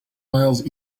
miles